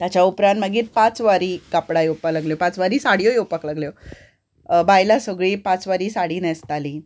ताच्या उपरांत मागीर पांच वारी कापडां येवपा लागलीं पांच वारी साडयो येवपाक लागल्यो बायलां सगलीं पांचवारी साडी न्हेसतालीं